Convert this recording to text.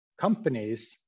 companies